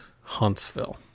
huntsville